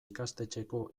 ikastetxeko